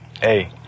hey